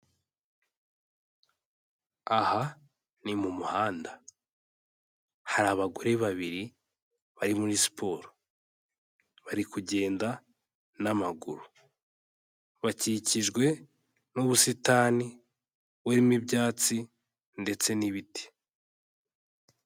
Aha ni mu muhanda, hari abagore babiri bari muri siporo, bari kugenda n'amaguru, bakikijwe n'ubusitani burimo ibyatsi ndetse n'ibiti.